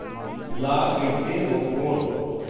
ला कइसे रोक बोन?